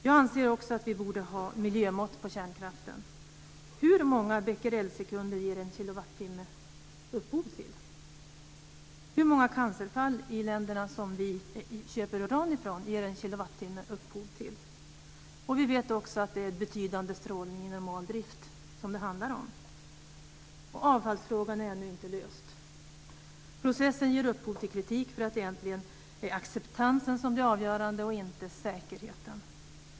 Jag anser också att vi borde ha miljömått på kärnkraften. Hur många bequerelsekunder blir en kilowattimme upphov till? Hur många cancerfall i länderna som vi köper uran från ger en kilowattimme upphov till? Vi vet också att det är betydande strålning i normal drift. Avfallsfrågan är ännu inte löst. Processen ger upphov till kritik. Egentligen är acceptansen avgörande och inte säkerheten.